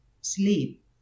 sleep